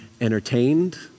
entertained